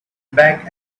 back